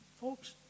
Folks